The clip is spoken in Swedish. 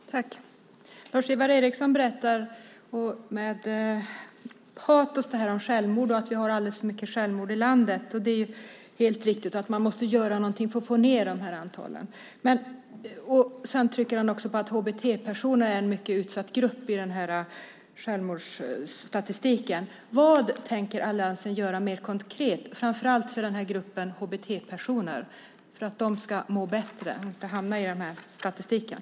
Fru talman! Lars-Ivar Ericson berättar med patos om självmord och säger att vi har alldeles för många självmord i landet. Det är helt riktigt. Man måste göra något för att få ned det antalet. Sedan trycker han också på att HBT-personer är en mycket utsatt grupp i självmordsstatistiken. Vad tänker alliansen göra mer konkret, framför allt för gruppen HBT-personer, för att de ska må bättre och inte hamna i den här statistiken?